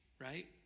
right